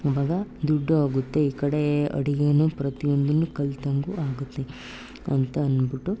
ಅವಾಗ ದುಡ್ಡು ಆಗುತ್ತೆ ಈ ಕಡೆ ಅಡುಗೆಯೂ ಪ್ರತಿಯೊಂದನ್ನೂ ಕಲಿತಂಗೂ ಆಗುತ್ತೆ ಅಂತ ಅಂದ್ಬಿಟ್ಟು